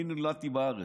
אני נולדתי בארץ.